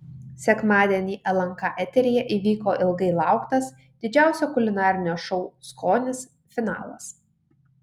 sekmadienį lnk eteryje įvyko ilgai lauktas didžiausio kulinarinio šou skonis finalas